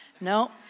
No